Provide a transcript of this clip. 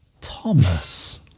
thomas